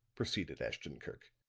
proceeded ashton-kirk.